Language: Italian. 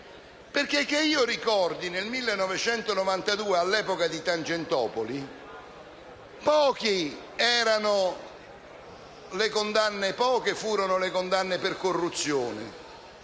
perché che io ricordi, nel 1992, all'epoca di Tangentopoli poche furono le condanne per corruzione,